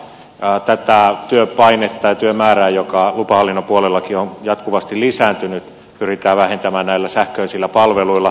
tätä työpainetta ja työmäärää joka lupahallinnon puolellakin on jatkuvasti lisääntynyt pyritään vähentämään näillä sähköisillä palveluilla